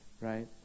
right